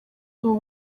ubu